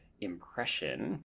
impression